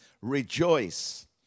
Rejoice